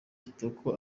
kitoko